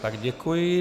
Tak děkuji.